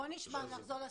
בואו נחזור לסטודנטיות.